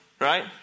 right